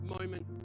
moment